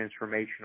transformational